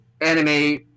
anime